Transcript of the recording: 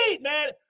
man